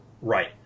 Right